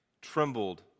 trembled